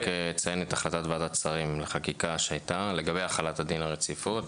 אני רק אציין את החלטת ועדת שרים לחקיקה שהייתה לגבי החלת דין הרציפות,